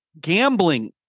gambling